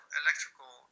electrical